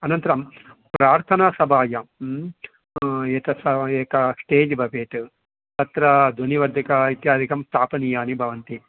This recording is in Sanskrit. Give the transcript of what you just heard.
अनन्तरं प्रार्थना सभायां एतत् एकं स्टेज् भवेत् तत्र ध्वनिवर्धिकाः इत्यादिकं स्थापनीयाः भवन्ति